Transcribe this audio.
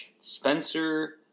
Spencer